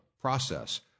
process